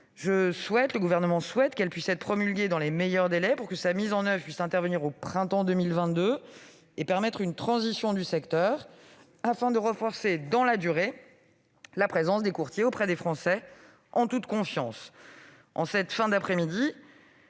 les assurés. Nous souhaitons qu'elle puisse être promulguée dans les meilleurs délais, afin que sa mise en oeuvre puisse intervenir au printemps 2022 pour permettre une transition du secteur et renforcer dans la durée la présence des courtiers auprès des Français, en toute confiance. En cet après-midi,